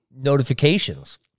notifications